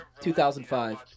2005